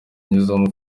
nyuzamo